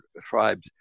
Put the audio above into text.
tribes